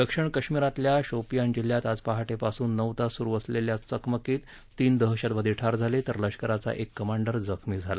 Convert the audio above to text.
दक्षिण काश्मीरमधल्या शोपीअन जिल्ह्यात आज पहाटे पासून नऊ तास सुरु असलेल्या चकमकीत तीन दहशतवादी ठार झाले तर लष्कराचा एक कमांडर जखमी झाला